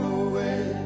away